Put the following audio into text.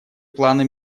планы